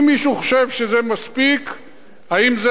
אם מישהו חושב שזה מספיק,